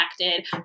connected